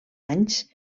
anys